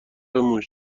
موش